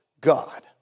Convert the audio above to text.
God